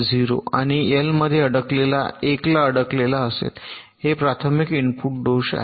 0 आणि एल मध्ये अडकलेला 1 ला अडकलेला असेल हे प्राथमिक इनपुट दोष आहेत